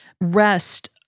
rest